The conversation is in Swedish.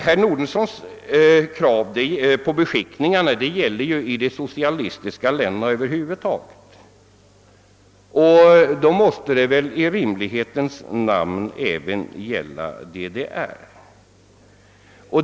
Herr Nordensons krav på beskickningar gäller de socialistiska länderna över huvud taget; följaktligen måste de rimligtvis gälla även DDR.